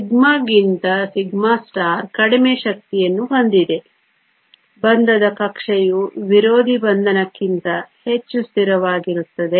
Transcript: σ ಗಿಂತ σ ಕಡಿಮೆ ಶಕ್ತಿಯನ್ನು ಹೊಂದಿದೆ ಬಂಧದ ಕಕ್ಷೆಯು ವಿರೋಧಿ ಬಂಧನಕ್ಕಿಂತ ಹೆಚ್ಚು ಸ್ಥಿರವಾಗಿರುತ್ತದೆ